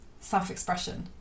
self-expression